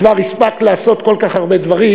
כבר לעשות כל כך הרבה דברים,